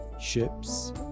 Ships